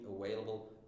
available